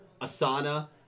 asana